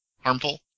harmful